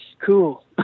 cool